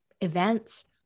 events